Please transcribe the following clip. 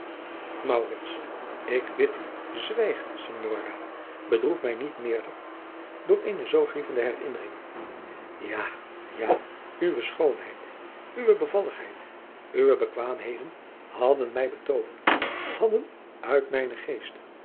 ik bid u zwijg signora bedroef mij niet meerder door eene zoo grievende herinnering ja ja uwe schoonheid uwe bevalligheid uwe bekwaamheden hadden mij betooverd hadden uit mijnen geest